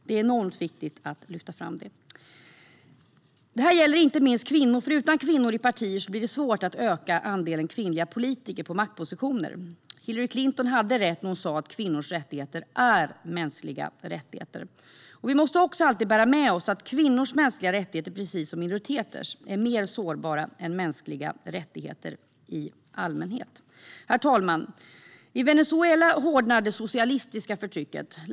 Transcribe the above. Det är enormt viktigt att lyfta fram detta. Detta gäller inte minst kvinnor, för utan kvinnor i partier blir det svårt att öka andelen kvinnliga politiker på maktpositioner. Hillary Clinton hade rätt när hon sa att kvinnors rättigheter är mänskliga rättigheter. Vi måste alltid bära med oss att kvinnors mänskliga rättigheter, precis som minoriteters, är mer sårbara än mänskliga rättigheter i allmänhet. Herr talman! I Venezuela hårdnar det socialistiska förtrycket.